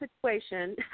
situation